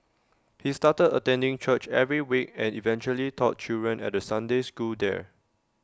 he started attending church every week and eventually taught children at the Sunday school there